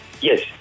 Yes